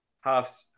half